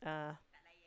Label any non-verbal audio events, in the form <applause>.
uh <noise>